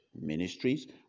Ministries